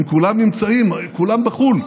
הם כולם נמצאים בחו"ל.